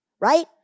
Right